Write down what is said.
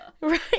Right